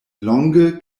longe